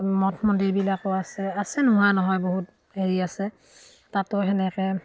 মঠ মন্দিৰবিলাকো আছে আছে নোহোৱা নহয় বহুত হেৰি আছে তাতো সেনেকৈ